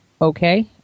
okay